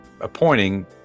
appointing